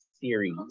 series